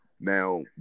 Now